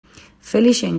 felixen